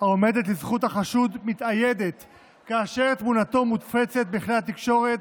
העומדת לזכות החשוד מתאיידת כאשר תמונתו מופצת בכלי התקשורת